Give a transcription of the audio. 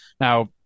Now